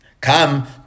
come